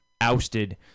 ousted